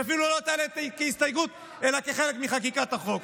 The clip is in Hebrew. שהיא אפילו לא תעלה כהסתייגות אלא כחלק מחקיקת החוק.